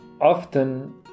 Often